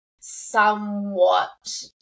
somewhat